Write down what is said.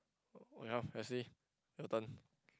well Wesley your turn